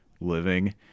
living